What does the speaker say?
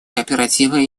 кооперативы